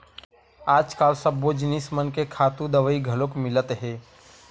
आजकाल सब्बो जिनिस मन के खातू दवई घलोक मिलत हे